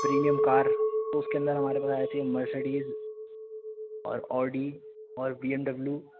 premium car تو اس کے اندر ہمارے آتی ہی مرسڈیز اور آڈی اور بی ایم ڈبلو